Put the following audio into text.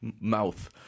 Mouth